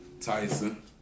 Tyson